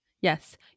Yes